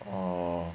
orh